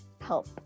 help